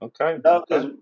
Okay